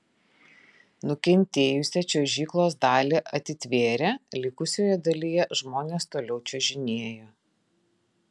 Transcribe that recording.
nukentėjusią čiuožyklos dalį atitvėrė likusioje dalyje žmonės toliau čiuožinėjo